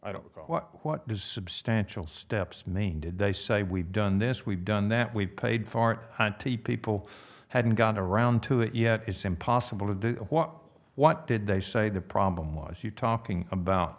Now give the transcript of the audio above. know what do substantial steps main did they say we've done this we've done that we paid far the people hadn't got around to it yet it's impossible to do what what did they say the problem was you talking about